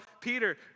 Peter